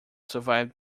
survived